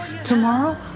Tomorrow